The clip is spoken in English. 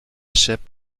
ship